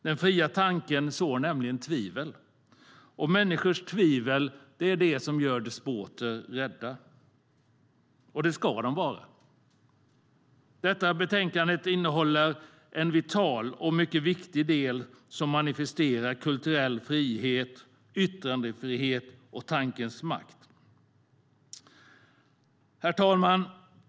Den fria tanken sår nämligen tvivel, och människors tvivel gör despoter rädda. Och det ska de vara. Detta betänkande innehåller en vital och mycket viktig del som manifesterar kulturell frihet, yttrandefrihet och tankens makt. Herr talman!